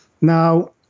Now